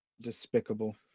despicable